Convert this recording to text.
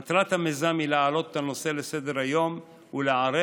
מטרת המיזם היא להעלות את הנושא לסדר-היום ולערב